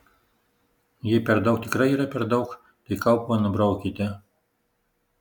jei per daug tikrai yra per daug tai kaupą nubraukite